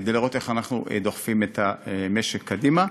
כדי לראות איך אנחנו דוחפים את המשק קדימה.